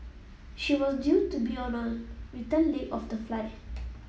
she was due to be on a return leg of the flight